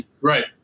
right